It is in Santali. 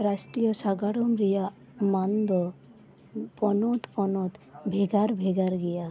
ᱨᱟᱥᱴᱤᱭᱚ ᱥᱟᱜᱟᱲᱚᱢ ᱨᱮᱭᱟᱜ ᱢᱟᱱ ᱫᱚ ᱯᱚᱱᱚᱛ ᱯᱚᱱᱚᱛ ᱵᱷᱮᱜᱟᱨ ᱵᱷᱮᱜᱟᱨ ᱜᱮᱭᱟ